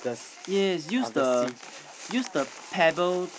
yes use the use the pebble